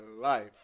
life